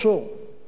היתה מסקנה,